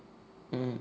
mm